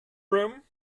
room